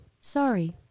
Sorry